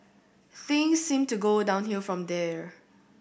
things seemed to go downhill from there